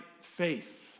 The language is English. faith